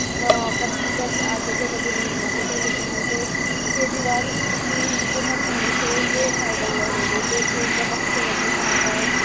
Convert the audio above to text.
کبھی پیسے آتے تھے کبھی نہیں آتے تھے لیکن ان کے کیجریوال کی حکومت ہونے سے یہ فائدہ ہوا ہے لوگوں کو کہ ان کا وقت پہ وظیفہ آتا ہے